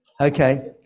Okay